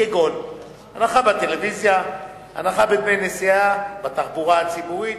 כגון הנחה באגרת טלוויזיה והנחה בדמי נסיעה בתחבורה הציבורית.